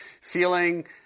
feeling